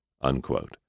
unquote